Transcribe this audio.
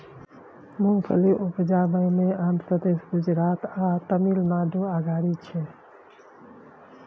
मूंगफली उपजाबइ मे आंध्र प्रदेश, गुजरात आ तमिलनाडु अगारी छै